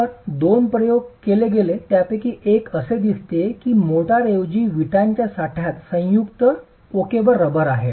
तर दोन प्रयोग केले गेले त्यापैकी एक असे दिसते की मोर्टारऐवजी विटांच्या साठ्यात संयुक्त ओकेमध्ये रबर आहे